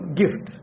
gift